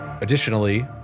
Additionally